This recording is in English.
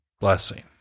blessing